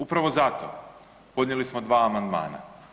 Upravo zato podnijeli smo dva amandmana.